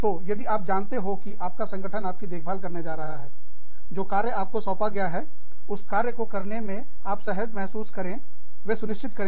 तो यदि आप जानते हो कि आपका संगठन आप की देखभाल करने जा रहा है जो कार्य आपको सौंपा गया है उस कार्य को करने में आप सहज महसूस करें वे सुनिश्चित करें